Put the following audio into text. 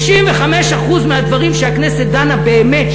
95% מהדברים שהכנסת דנה באמת,